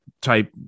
type